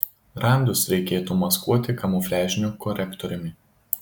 randus reikėtų maskuoti kamufliažiniu korektoriumi